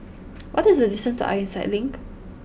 what is the distance to Ironside Link